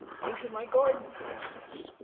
things in my garden, for instance.